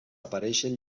apareixen